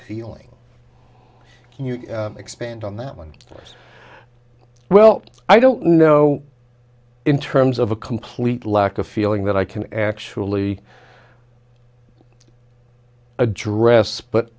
feeling you expand on that one as well i don't know in terms of a complete lack of feeling that i can actually address but